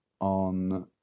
on